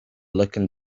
looking